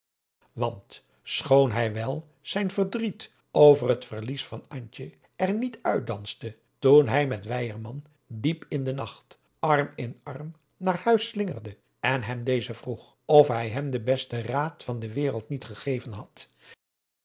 want schoon hij wel zijn verdriet over het verlies van antje er niet uit danste toen hij met weyerman diep in den nacht arm in arm naar huis slingerde en hem deze vroeg of hij hem den besten raad van de wereld niet gereven had